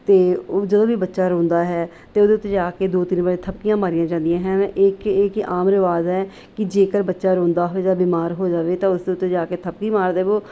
ਅਤੇ ਉਹ ਜਦੋਂ ਵੀ ਬੱਚਾ ਰੋਂਦਾ ਹੈ ਅਤੇ ਉਹਦੇ ਉੱਤੇ ਜਾ ਕੇ ਦੋ ਤਿੰਨ ਵਾਰੀ ਥੱਪੀਆਂ ਮਾਰੀਆਂ ਜਾਂਦੀਆਂ ਹਨ ਇੱਕ ਇਹ ਕਿ ਆਮ ਰਿਵਾਜ ਹੈ ਕਿ ਜੇਕਰ ਬੱਚਾ ਰੋਂਦਾ ਹੋਵੇ ਜਾਂ ਬਿਮਾਰ ਹੋ ਜਾਵੇ ਤਾਂ ਉਸ ਦੇ ਉੱਤੇ ਜਾ ਕੇ ਥੱਪੀ ਮਾਰ ਦੇਵੋ